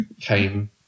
came